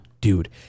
Dude